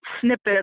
snippets